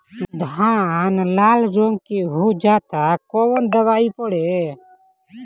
धान लाल रंग के हो जाता कवन दवाई पढ़े?